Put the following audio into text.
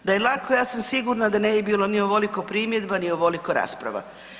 Da je lako ja sam sigurna da ne bi bilo ni ovoliko primjedba ni ovoliko rasprava.